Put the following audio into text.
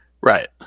Right